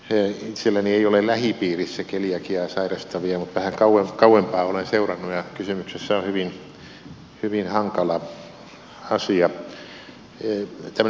itselläni ei ole lähipiirissä keliakiaa sairastavia mutta vähän kauempaa olen asiaa seurannut ja kysymyksessä on hyvin hankala asia